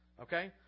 Okay